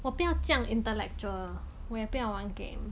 我不要这样 intellectual 我也不要玩 game